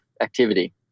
activity